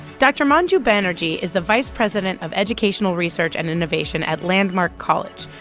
dr. manju banerjee is the vice president of educational research and innovation at landmark college.